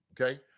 okay